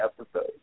episode